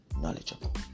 knowledgeable